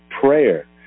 prayer